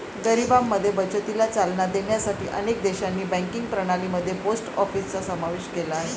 गरिबांमध्ये बचतीला चालना देण्यासाठी अनेक देशांनी बँकिंग प्रणाली मध्ये पोस्ट ऑफिसचा समावेश केला आहे